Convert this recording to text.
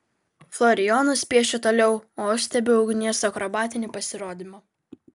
florijonas piešia toliau o aš stebiu ugnies akrobatinį pasirodymą